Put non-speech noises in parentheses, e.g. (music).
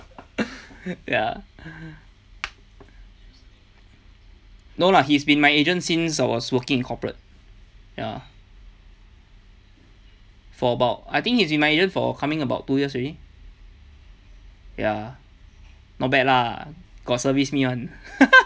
(laughs) ya no lah he's been my agent since I was working in corporate ya for about I think he's been my agent for coming about two years already ya not bad lah got service me [one] (laughs)